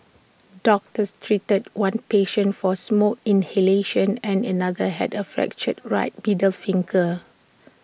doctors treated one patient for smoke inhalation and another had A fractured right middles finger